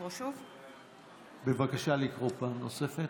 לקרוא פעם נוספת.